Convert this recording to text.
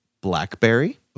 blackberry